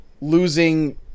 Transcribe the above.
losing